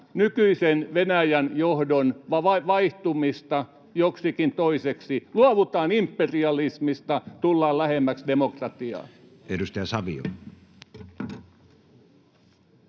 nykyisen Venäjän johdon vaihtumista joksikin toiseksi — luovutaan imperialismista, ja tullaan lähemmäksi demokratiaa.